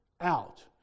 out